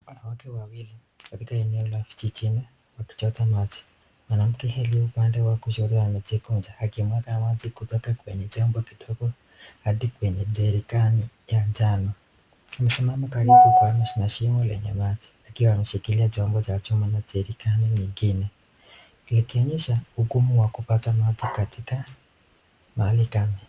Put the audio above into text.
Wanawake wawili katika eneo la kijijinio wakichota maji, mwanamke aliye kushoto amejikunja akiwaga maji kutoka kwenye chombo kidogo hadi kwenye jerikani ya njano, amesimama karibu na shimo lenye maji akiwa ameshikilia chombo cha chuma na jerikeni nyingine, likionesha ugumu wa kupata maji katika eneo kame.